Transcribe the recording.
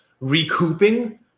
recouping